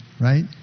right